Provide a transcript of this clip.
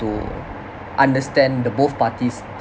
to understand the both parties